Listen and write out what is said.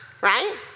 right